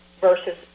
versus